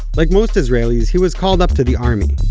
like most israelis, he was called up to the army.